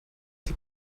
die